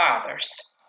fathers